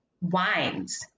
wines